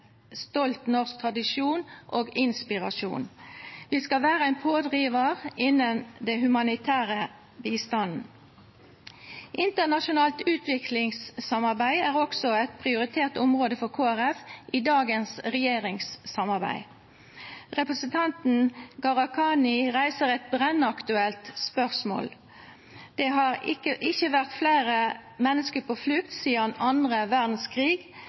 stolt norsk tradisjon og inspirasjon. Vi skal være en pådriver innen den humanitære bistanden. Internasjonalt utviklingssamarbeid er også et prioritert område for Kristelig Folkeparti i dagens regjeringssamarbeid. Representanten Gharahkhani reiser et brennaktuelt spørsmål. Det har ikke vært flere mennesker på flukt siden annen verdenskrig.